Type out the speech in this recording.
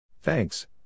Thanks